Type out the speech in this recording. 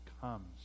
comes